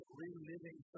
reliving